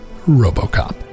RoboCop